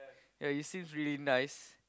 ya he seems really nice